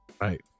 right